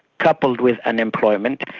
coupled with unemployment,